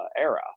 era